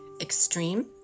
Extreme